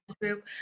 group